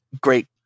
great